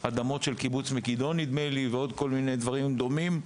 על קיבוץ מגידו ועוד כל מיני דברים דומים.